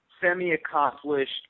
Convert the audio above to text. semi-accomplished